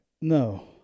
No